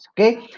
okay